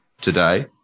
today